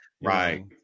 Right